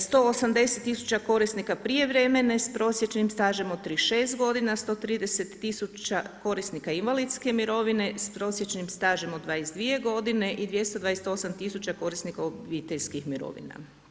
180000 korisnika prijevremena s prosječenim stažem od 36 godina, 130000 korisnika invalidske mirovine s prosječnim stažem od 22 godine i 228000 korisnika obiteljskih mirovina.